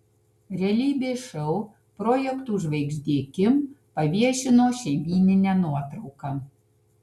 realybės šou projektų žvaigždė kim paviešino šeimyninę nuotrauką